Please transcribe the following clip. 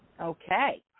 Okay